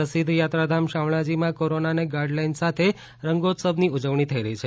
સુપ્રસિધ્ધ યાત્રાધામ શામળાજીમાં corona guideline સાથે રંગોત્સવની ઉજવણી થઈ રહી છે